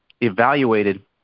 evaluated